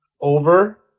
over